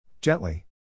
Gently